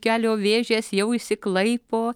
kelio vėžės jau išsiklaipo